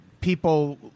people